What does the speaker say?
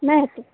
नहि हेतै